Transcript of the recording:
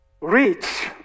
Reach